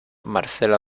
marcelo